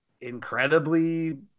incredibly